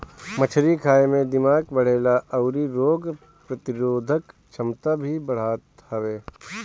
मछरी खाए से दिमाग बढ़ेला अउरी रोग प्रतिरोधक छमता भी बढ़त हवे